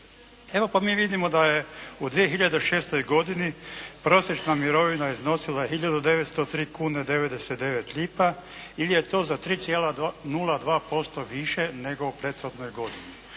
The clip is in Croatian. Evo pa mi vidimo da je u 2006. godini prosječna mirovina iznosila hiljadu 903 kune 99 lipa ili je to za 3,02% više nego u prethodnoj godini.